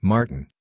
Martin